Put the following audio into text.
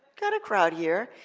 got a crowd here.